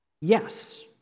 Yes